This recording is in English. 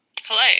Hello